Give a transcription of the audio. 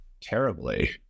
terribly